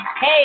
Hey